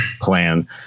plan